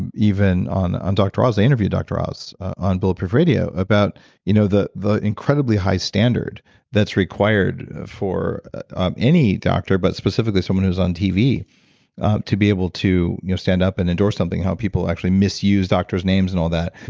and even on on dr. oz, i interviewed dr. oz on bulletproof radio about you know the the incredibly high standard that's required for any doctor, but specifically someone who's on tv to be able to you know stand up and endorse something, how people actually misuse doctor's names and all that.